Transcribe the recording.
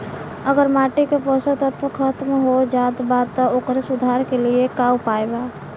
अगर माटी के पोषक तत्व खत्म हो जात बा त ओकरे सुधार के लिए का उपाय बा?